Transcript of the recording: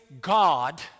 God